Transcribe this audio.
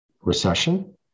recession